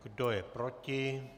Kdo je proti?